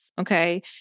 okay